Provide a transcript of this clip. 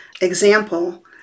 example